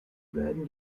werden